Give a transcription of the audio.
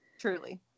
Truly